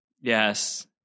Yes